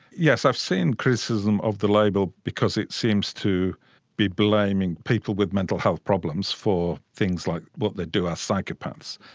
yes, i have seen criticism of the label because it seems to be blaming people with mental health problems for things like what they do as psychopaths,